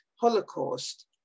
Holocaust